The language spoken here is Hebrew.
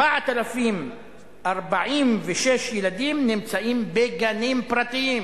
מתוכם 4,046 ילדים נמצאים בגנים פרטיים,